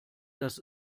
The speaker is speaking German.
dass